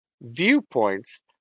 viewpoints